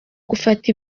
gufata